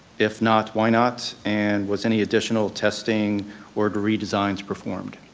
if not, why not, and was any additional testing or redesigns performed?